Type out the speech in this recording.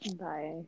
Bye